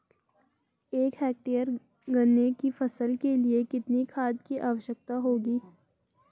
एक हेक्टेयर गन्ने की फसल के लिए कितनी खाद की आवश्यकता होगी?